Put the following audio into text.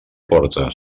aporta